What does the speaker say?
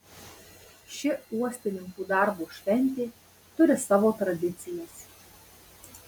ši uostininkų darbo šventė turi savo tradicijas